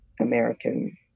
American